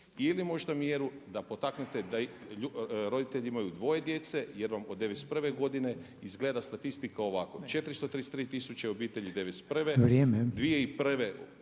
Ili možda mjeru da potaknete da roditelji imaju dvoje djece, jer vam od '91. godine izgleda statistika ovako. 433 tisuće obitelji '91.